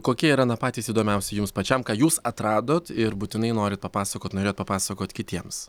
kokie yra na patys įdomiausi jums pačiam ką jūs atradot ir būtinai norit papasakoti norėjot papasakot kitiems